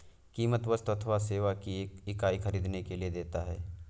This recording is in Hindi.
कीमत वस्तु अथवा सेवा की एक इकाई ख़रीदने के लिए देता है